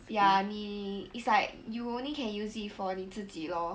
ya I mean it's like you only can use it for 你自己 lor